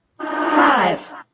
Five